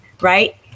right